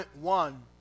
one